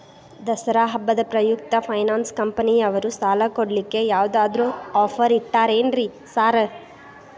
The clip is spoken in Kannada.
ದಸರಾ ಹಬ್ಬದ ಪ್ರಯುಕ್ತ ಫೈನಾನ್ಸ್ ಕಂಪನಿಯವ್ರು ಸಾಲ ಕೊಡ್ಲಿಕ್ಕೆ ಯಾವದಾದ್ರು ಆಫರ್ ಇಟ್ಟಾರೆನ್ರಿ ಸಾರ್?